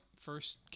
first